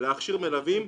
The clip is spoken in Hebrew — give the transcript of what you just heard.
להכשיר מלווים,